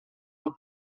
los